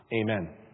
amen